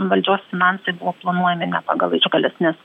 valdžios finansai buvo planuojami ne pagal išgales nes